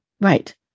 Right